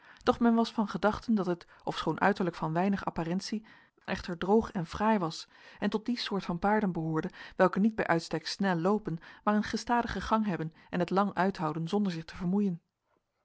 doch men was van gedachten dat het ofschoon uiterlijk van weinig apparentie echter droog en fraai was en tot die soort van paarden behoorde welke niet bij uitstek snel loopen maar een gestadigen gang hebben en het lang uithouden zonder zich te vermoeien